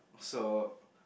so